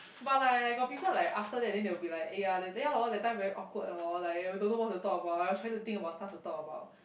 but like like got people like after then they'll be like eh ya eh ya lor that time very awkward hor like eh we don't know what to talk about I trying to think about stuff to talk about